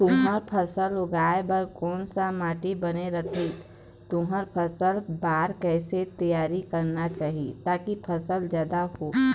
तुंहर फसल उगाए बार कोन सा माटी बने रथे तुंहर फसल बार कैसे तियारी करना चाही ताकि फसल जादा हो?